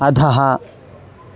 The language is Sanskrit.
अधः